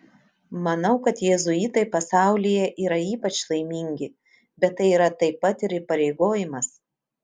manau kad jėzuitai pasaulyje yra ypač laimingi bet tai yra taip pat ir įpareigojimas